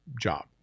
Job